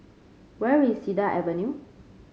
where is Cedar Avenue